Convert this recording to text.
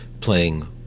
playing